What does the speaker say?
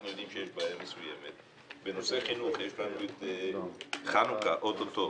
אנחנו יודעים שיש בעיה מסוימת; בנושא חינוך יש לנו חנוכה אוטוטו.